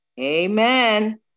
Amen